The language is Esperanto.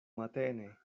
matene